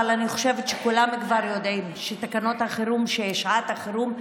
אבל אני חושבת שכולם כבר יודעים שתקנות החירום של שעת החירום,